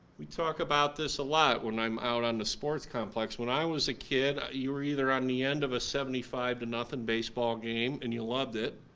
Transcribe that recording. we talk about this a lot when i'm out on the sports complex, when i was a kid you were either on the end of a seventy five to nothing baseball game and you loved it,